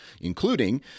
including